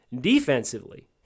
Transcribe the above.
Defensively